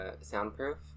soundproof